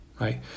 right